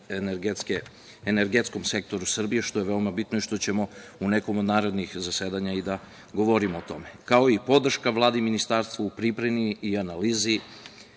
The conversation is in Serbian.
energetskog sektora Srbije, što je veoma bitno i što ćemo u nekom od narednih zasedanja i da govorimo o tome, kao i podrška Vladi i Ministarstvu u pripremi i analizi